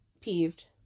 peeved